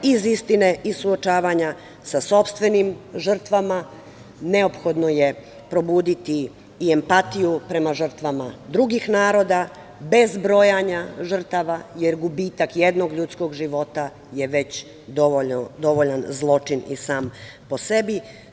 Iz istine i suočavanja sa sopstvenim žrtvama neophodno je probuditi i empatiju prema žrtvama drugih naroda, bez brojanja žrtava, jer gubitak jednog ljudskog života je već dovoljan zločin i sam po sebi.